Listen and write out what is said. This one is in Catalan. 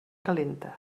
calenta